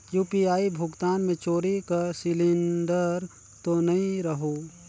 UPI भुगतान मे चोरी कर सिलिंडर तो नइ रहु?